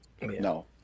No